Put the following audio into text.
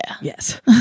yes